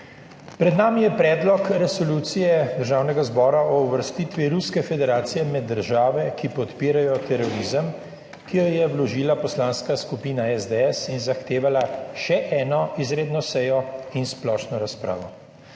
Pred nami je predlog resolucije Državnega zbora o uvrstitvi Ruske federacije med države, ki podpirajo terorizem, ki jo je vložila Poslanska skupina SDS in zahtevala še eno izredno sejo in splošno razpravo.